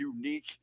unique